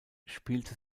spielte